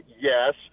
yes